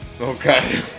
Okay